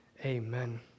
Amen